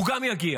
הוא גם יגיע,